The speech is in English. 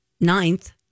ninth